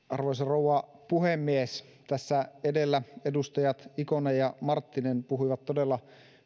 arvoisa rouva puhemies tässä edellä edustajat ikonen ja marttinen puhuivat todella